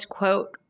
quote